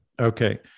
Okay